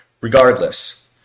regardless